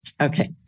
Okay